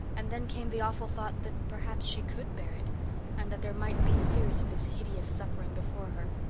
and then came the awful thought that perhaps she could bear it and that there might be years of this hideous suffering before her.